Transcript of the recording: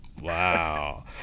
Wow